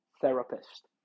therapist